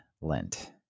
Lint